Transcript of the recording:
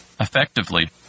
effectively